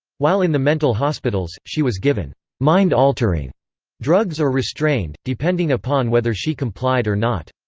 while in the mental hospitals, she was given mind-altering drugs or restrained, depending upon whether she complied or not.